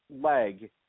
leg